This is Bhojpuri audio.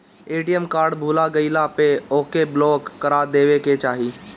ए.टी.एम कार्ड भूला गईला पअ ओके ब्लाक करा देवे के चाही